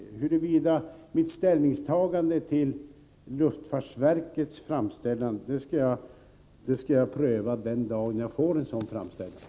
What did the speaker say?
När det gäller frågan om mitt ställningstagande till luftfartsverkets framställan skall jag pröva den frågan den dag jag får en sådan framställan.